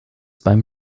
beim